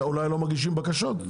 אולי הם לא מגישים בקשות?